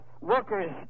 workers